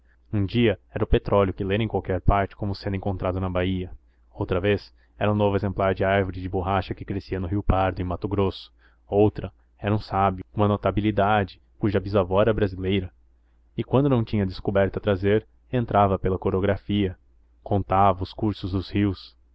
um dia era o petróleo que lera em qualquer parte como sendo encontrado na bahia outra vez era um novo exemplar de árvore de borracha que crescia no rio pardo em mato grosso outra era um sábio uma notabilidade cuja bisavó era brasileira e quando não tinha descoberta a trazer entrava pela corografia contava o curso dos rios